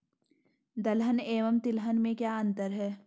दलहन एवं तिलहन में क्या अंतर है?